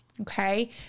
Okay